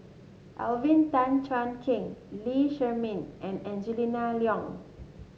Alvin Tan Cheong Kheng Lee Shermay and Angela Liong